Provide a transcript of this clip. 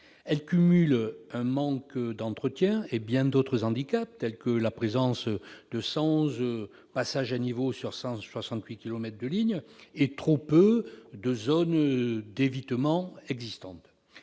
ligne cumule un manque d'entretien et bien d'autres handicaps, tels que la présence de 111 passages à niveau sur 168 kilomètres et trop peu de zones d'évitement. Pourtant,